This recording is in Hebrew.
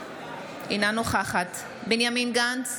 אינה נוכחת בנימין גנץ,